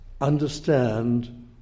understand